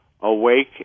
awake